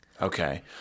okay